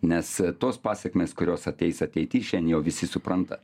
nes tos pasekmės kurios ateis ateity šiandien jau visi supranta